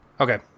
Okay